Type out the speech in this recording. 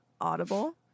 audible